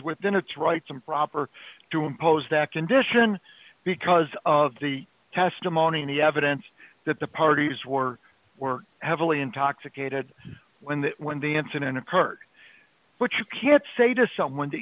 within its rights improper to impose that condition because of the testimony in the evidence that the parties were were heavily intoxicated when the when the incident occurred but you can't say to someone that